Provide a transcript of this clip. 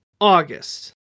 August